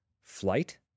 Flight